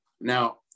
now